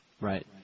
Right